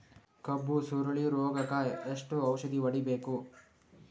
ಕಬ್ಬು ಸುರಳೀರೋಗಕ ಏನು ಔಷಧಿ ಹೋಡಿಬೇಕು?